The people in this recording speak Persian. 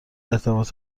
ارتباط